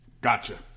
Gotcha